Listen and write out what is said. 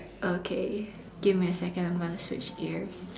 okay give me a second I'm gonna switch ears